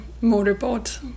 motorboat